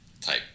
type